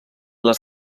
les